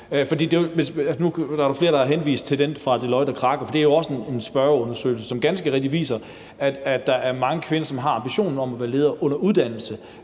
Nu er der flere, der har henvist til den undersøgelse fra Deloitte og Kraka, for det er jo også en spørgeundersøgelse, som ganske rigtigt viser, at der er mange kvinder, som har ambitionen om at være ledere under uddannelse,